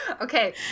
Okay